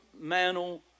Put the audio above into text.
mantle